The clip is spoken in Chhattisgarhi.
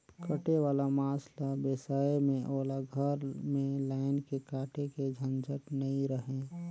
कटे वाला मांस ल बेसाए में ओला घर में लायन के काटे के झंझट नइ रहें